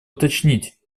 уточнить